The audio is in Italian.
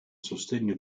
sostegno